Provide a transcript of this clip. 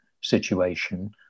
situation